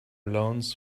loans